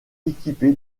équipée